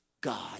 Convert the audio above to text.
God